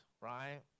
right